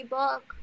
book